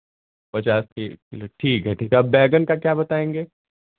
पचास के एक किलो ठीक है ठीक है और बैंगन का क्या बताएँगे